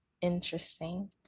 interesting